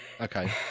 Okay